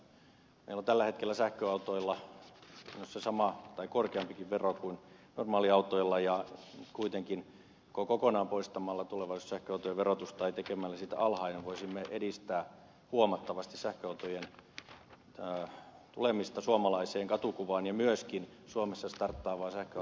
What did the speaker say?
meillä on tällä hetkellä sähköautoilla käytännössä sama tai korkeampikin vero kuin normaaliautoilla ja kuitenkin kokonaan poistamalla tulevaisuudessa sähköautojen verotus tai tekemällä siitä alhainen voisimme edistää huomattavasti sähköautojen tulemista suomalaiseen katukuvaan ja myöskin suomessa starttaavaa sähköautotuotantoa